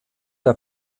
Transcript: der